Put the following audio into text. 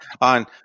on